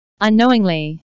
Unknowingly